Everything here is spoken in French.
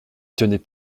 tenais